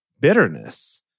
bitterness